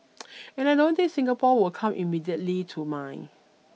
and I don't think Singapore will come immediately to mind